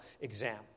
exam